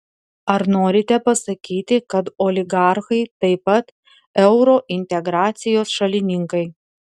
ar norite pasakyti kad oligarchai taip pat eurointegracijos šalininkai